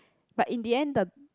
but in the end the